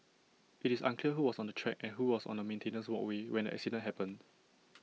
IT is unclear who was on the track and who was on the maintenance walkway when the accident happened